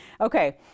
okay